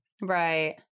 Right